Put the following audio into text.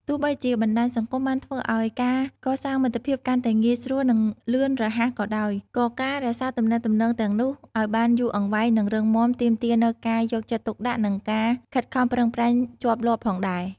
ទោះបីជាបណ្ដាញសង្គមបានធ្វើឲ្យការកសាងមិត្តភាពកាន់តែងាយស្រួល និងលឿនរហ័សក៏ដោយ ក៏ការរក្សាទំនាក់ទំនងទាំងនោះឱ្យបានយូរអង្វែង និងរឹងមាំទាមទារនូវ ការយកចិត្តទុកដាក់ និង ការខិតខំប្រឹងប្រែង ជាប់លាប់ផងដែរ។